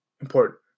important